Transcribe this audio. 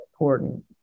important